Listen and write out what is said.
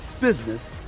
business